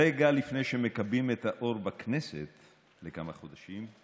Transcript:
רגע לפני שמכבים את האור בכנסת לכמה חודשים,